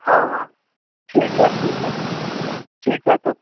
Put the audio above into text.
हाँ हाँ ठीक है ठीक है ठीक है तो